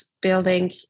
building